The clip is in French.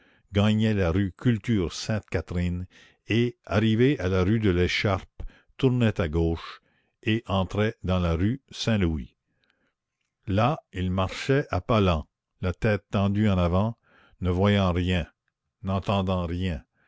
gagnait la rue culture sainte catherine et arrivé à la rue de l'écharpe tournait à gauche et entrait dans la rue saint-louis là il marchait à pas lents la tête tendue en avant ne voyant rien n'entendant rien